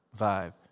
vibe